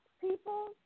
people